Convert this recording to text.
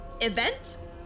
event